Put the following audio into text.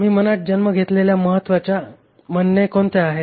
मी मनात जन्म घेतलेल्या महत्त्वाच्या म्हणणे कोणत्या आहेत